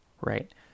right